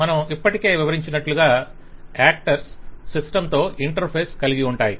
మనము ఇప్పటికే వివరించినట్లుగా యాక్టర్స్ సిస్టమ్తో ఇంటర్ఫేస్ కలిగి ఉంటాయి